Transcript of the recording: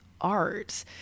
art